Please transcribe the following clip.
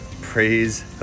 Praise